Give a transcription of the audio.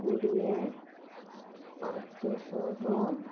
କୋଡ଼ିଏ ପାଞ୍ଚ ଶହ